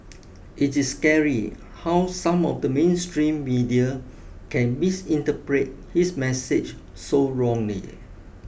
it is scary how some of the mainstream media can misinterpret his message so wrongly